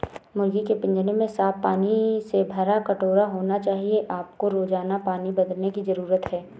मुर्गी के पिंजरे में साफ पानी से भरा कटोरा होना चाहिए आपको रोजाना पानी बदलने की जरूरत है